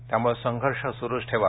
त्यामुळे संघर्ष सुरूच ठेवा